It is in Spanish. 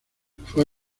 fue